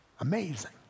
amazing